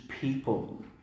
people